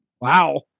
Wow